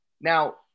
Now